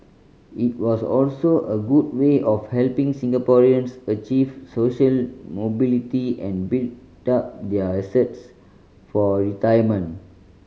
it was also a good way of helping Singaporeans achieve social mobility and build up their assets for retirement